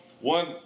One